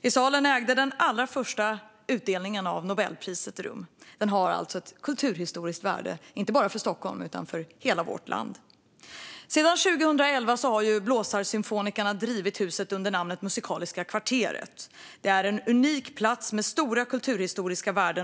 I salen ägde den allra första utdelningen av Nobelpriset rum. Den har alltså ett kulturhistoriskt värde, inte bara för Stockholm utan för hela vårt land. Sedan 2011 har Blåsarsymfonikerna drivit huset under namnet Musikaliska kvarteret. Det är en unik plats med stora kulturhistoriska värden.